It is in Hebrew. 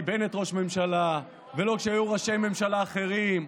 בנט ראש ממשלה ולא כשהיו ראשי ממשלה אחרים.